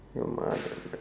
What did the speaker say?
your mother